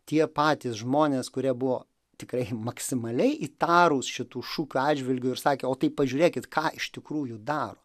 tie patys žmonės kurie buvo tikrai maksimaliai įtarūs šitų šūkių atžvilgiu ir sakė o tai pažiūrėkit ką iš tikrųjų daro